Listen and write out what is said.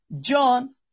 John